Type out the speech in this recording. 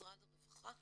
משרד הרווחה